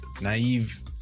naive